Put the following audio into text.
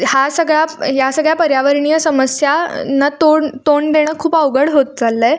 हा सगळा या सगळ्या पर्यावरणीय समस्या न्ना तोंड तोंड देणं खूप अवघड होत चाललं आहे